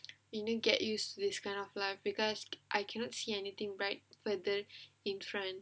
either get use to this kind of life because I cannot see anything bright weather in front